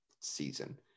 season